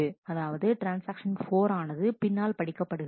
அதாவது ட்ரான்ஸ்ஆக்ஷன் 4 ஆனது பின்னால் படிக்கப்படுகிறது